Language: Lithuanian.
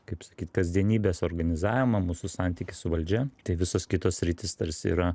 kaip sakyt kasdienybės organizavimą mūsų santykį su valdžia tai visos kitos sritys tarsi yra